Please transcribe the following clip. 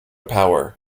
power